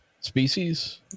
species